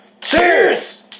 Cheers